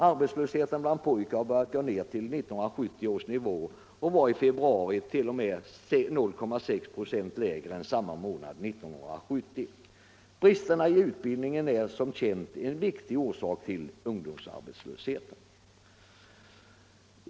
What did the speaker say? Arbetslösheten bland pojkar har börjat gå ned till 1970 års nivå och var i februari t.o.m. 0,6 96 lägre än samma månad 1970. Brister i utbildningen är som känt en viktig orsak till ungdomsarbetslösheten.